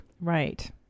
Right